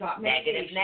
negative